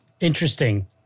Interesting